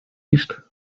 east